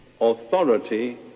authority